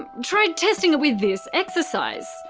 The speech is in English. um try testing it with this exercise.